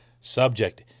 subject